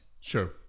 Sure